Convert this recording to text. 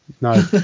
No